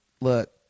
look